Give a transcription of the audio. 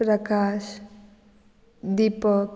Prakash Deepak